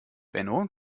benno